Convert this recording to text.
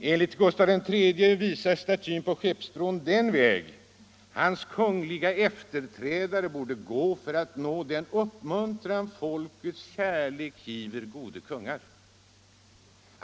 Enligt Gustav III visar statyn den väg hans kungliga efterträdare borde gå för att nå den ”uppmuntran Folkets kärlek gifwer Gode Konungar”.